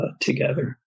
together